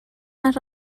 más